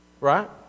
Right